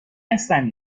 هستن